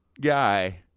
guy